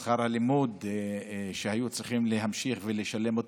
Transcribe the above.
את שכר הלימוד הם היו צריכים להמשיך לשלם,